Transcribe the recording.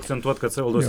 akcentuot kad savivaldos